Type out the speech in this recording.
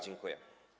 Dziękuję.